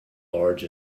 large